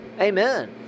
Amen